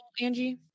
Angie